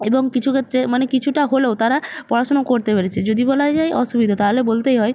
এবং কিছু ক্ষেত্রে মানে কিছুটা হলেও তারা পড়াশোনা করতে পেরেছে যদি বলা যায় অসুবিধে তাহলে বলতেই হয়